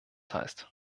heißt